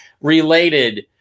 related